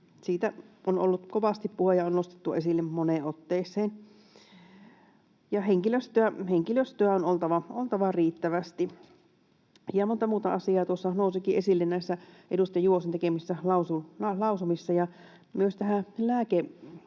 niistä on ollut kovasti puhe, ja niitä on nostettu esille moneen otteeseen. Henkilöstöä on oltava riittävästi. Monta muutakin asiaa nousi esille edustaja Juvosen tekemissä lausumissa — myös lääkehuoltoon